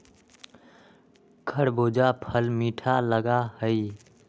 खरबूजा फल मीठा लगा हई